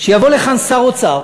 שיבוא לכאן שר אוצר